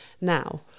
Now